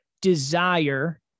desire